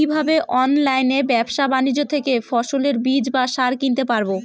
কীভাবে অনলাইন ব্যাবসা বাণিজ্য থেকে ফসলের বীজ বা সার কিনতে পারবো?